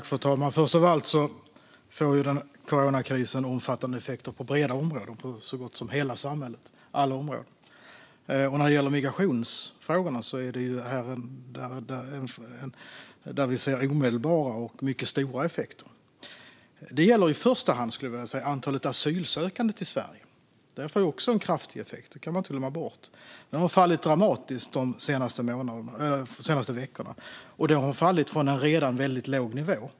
Fru talman! För det första: Coronakrisen ger omfattande effekter på breda områden i så gott som hela samhället. Det gäller alla områden. När det gäller migrationsfrågorna ser vi omedelbara och mycket stora effekter. Det gäller i första hand antalet asylsökande till Sverige. Man ska inte glömma bort att det blir en kraftig effekt även där. Antalet har fallit dramatiskt de senaste veckorna, och det har fallit från en redan väldigt låg nivå.